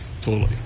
fully